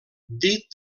dit